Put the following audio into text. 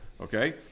okay